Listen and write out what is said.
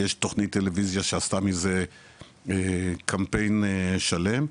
ויש תכנית טלוויזיה שעשתה מזה קמפיין שלם,